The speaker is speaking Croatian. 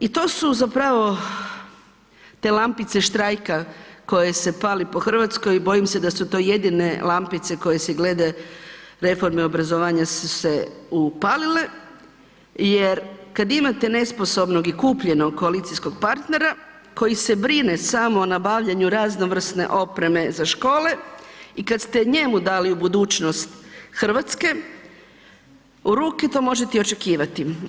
I to su zapravo te lampice štrajka koje se pale po Hrvatskoj i bojim se da su to jedine lampice koje se glede reforme obrazovanja su se upalile jer kad imate nesposobnog i kupljenog koalicijskog partnera koji se brine samo o nabavljanju raznovrsne opreme za škole i kad ste njemu dali budućnost Hrvatske u ruke to možete i očekivati.